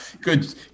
Good